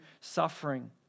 suffering